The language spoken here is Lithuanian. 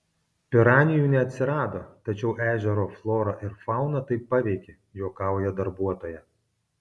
piranijų neatsirado tačiau ežero florą ir fauną tai paveikė juokauja darbuotoja